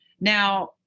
Now